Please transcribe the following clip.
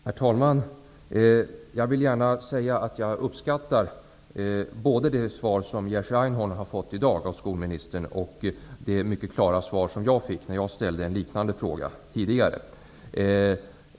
Herr talman! Jag vill gärna säga att jag uppskattar både det svar som Jerzy Einhorn i dag har fått av skolministern och det mycket klara svar som jag fick tidigare när jag ställde en liknande fråga.